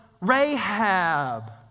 Rahab